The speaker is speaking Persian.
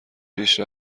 پیش